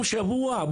שבוע.